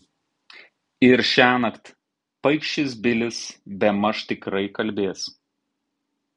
ir šiąnakt paikšis bilis bemaž tikrai kalbės